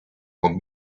con